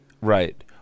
Right